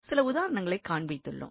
சில உதாரணங்களைக் காண்பித்துள்ளோம்